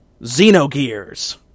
Xenogears